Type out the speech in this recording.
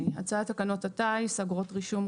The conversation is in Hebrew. הצעת תקנות הטיס (אגרות רישום,